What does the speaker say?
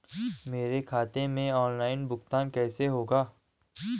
मेरे खाते में ऑनलाइन भुगतान कैसे होगा?